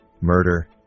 murder